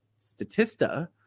Statista